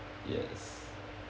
yes